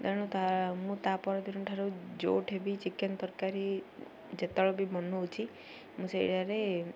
ତେଣୁ ତା ମୁଁ ତା ପରଦିନ ଠାରୁ ଯେଉଁଠି ବି ଚିକେନ୍ ତରକାରୀ ଯେତେବେଳେ ବି ବନଉଛି ମୁଁ ସେଇୟାରେ